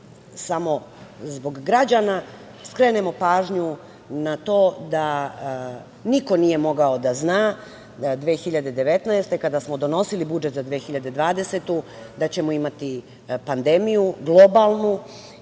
samo zbog građana skrenemo pažnju na to da niko nije mogao da zna 2019. godine kada smo donosili budžet za 2020. godinu da ćemo imati pandemiju, globalnu,